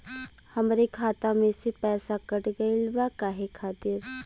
हमरे खाता में से पैसाकट गइल बा काहे खातिर?